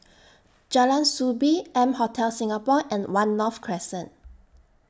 Jalan Soo Bee M Hotel Singapore and one North Crescent